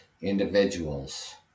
individuals